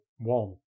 one